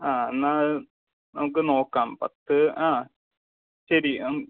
ആ എന്നാ നമുക്ക് നോക്കാം പത്ത് ആ ശരി